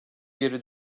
geri